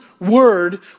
word